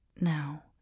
Now